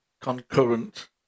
concurrent